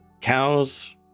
Cows